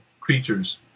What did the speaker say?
creatures